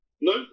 No